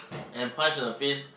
and punch the face